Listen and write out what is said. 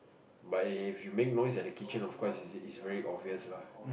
but if you make noise at the kitchen of course it's it's very obvious lah